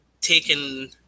taken